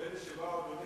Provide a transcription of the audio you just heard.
אלה שבאו,